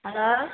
hello